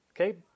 okay